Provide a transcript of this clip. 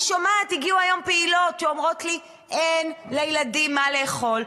הגיעו היום פעילות שאומרות לי: אין לילדים מה לאכול,